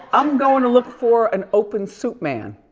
i'm going to look for an open soup man.